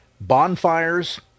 Bonfires